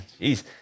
jeez